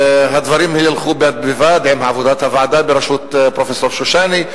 הדברים ילכו בד-בבד עם עבודת הוועדה בראשות פרופסור שושני,